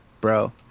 bro